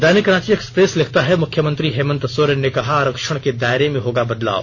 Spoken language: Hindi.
दैनिक रांची एक्सप्रेस लिखता है मुख्यमंत्री हेमंत सोरेन ने कहा आरक्षण के दायरे में होगा बदलाव